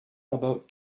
about